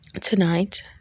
tonight